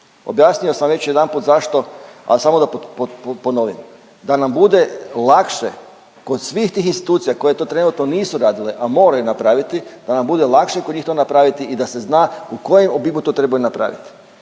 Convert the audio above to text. Objasnio sam već jedanput zašto, a samo da ponovim. Da nam bude lakše kod svih tih institucija koje to trenutno nisu radile, a moraju napraviti da nam bude lakše kod njih to napraviti i da se zna u kojem obimu to trebaju napraviti.